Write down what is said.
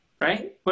right